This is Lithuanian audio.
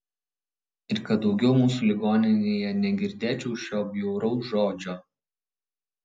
ir kad daugiau mūsų ligoninėje negirdėčiau šio bjauraus žodžio